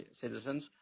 citizens